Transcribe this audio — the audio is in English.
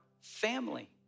family